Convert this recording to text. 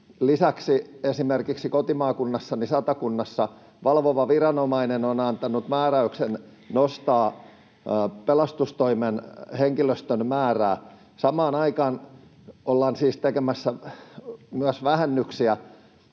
Lisäksi esimerkiksi kotimaakunnassani Satakunnassa valvova viranomainen on antanut määräyksen nostaa pelastustoimen henkilöstön määrää. Samaan aikaan ollaan siis tekemässä vähennyksiä